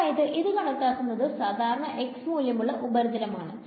അതായത് ഇത് കണക്കാക്കുന്നത് സാധാരണ മൂല്യമുള്ള ഉപരിതലമാണ്